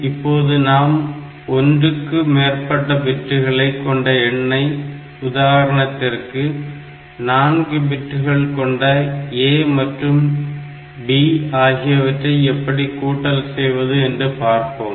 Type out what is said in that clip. இப்போது நாம் ஒன்றுக்கு மேற்பட்ட பிட்டுகளை கொண்ட எண்ணை உதாரணத்திற்கு 4 பிட்டுகள் கொண்ட A மற்றும் B ஆகியவற்றை எப்படி கூட்டல் செய்வது இன்று பார்ப்போம்